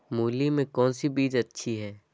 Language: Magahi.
मूली में कौन सी बीज अच्छी है?